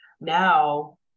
now